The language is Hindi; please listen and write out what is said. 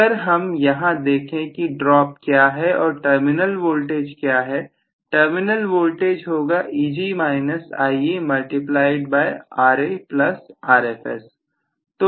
अगर हम यहां देखें की ड्राप क्या है और टर्मिनल वोल्टेज क्या है टर्मिनल वोल्टेज होगा Eg minus Ia multiplied by Ra plus Rfs